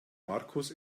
markus